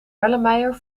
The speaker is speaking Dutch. erlenmeyer